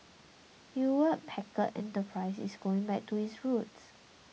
Hewlett Packard Enterprise is going back to its roots